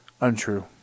Untrue